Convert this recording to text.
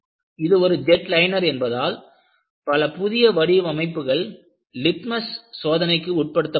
இது ஒரு jetliner என்பதால் பல புதிய வடிவமைப்புகள் லிட்மஸ் சோதனைக்கு உட்படுத்தப்பட்டன